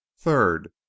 Third